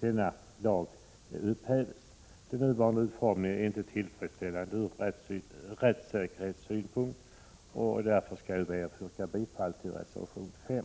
Den nuvarande utformningen är inte tillfredsställande ur rättssäkerhetssynpunkt, och därför yrkar jag bifall till reservation 5.